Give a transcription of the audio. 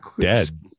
dead